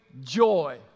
joy